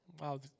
wow